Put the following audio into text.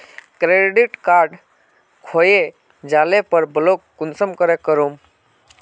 Credit card खोये जाले पर ब्लॉक कुंसम करे करूम?